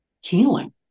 healing